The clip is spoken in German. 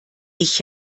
ich